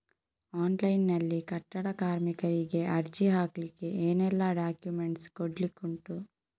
Online ನಲ್ಲಿ ಕಟ್ಟಡ ಕಾರ್ಮಿಕರಿಗೆ ಅರ್ಜಿ ಹಾಕ್ಲಿಕ್ಕೆ ಏನೆಲ್ಲಾ ಡಾಕ್ಯುಮೆಂಟ್ಸ್ ಕೊಡ್ಲಿಕುಂಟು?